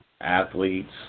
athletes